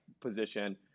position